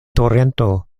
torento